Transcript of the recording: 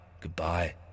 goodbye